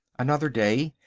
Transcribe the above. another day.